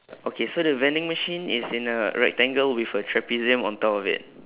okay so the vending machine is in a rectangle with a trapezium on top of it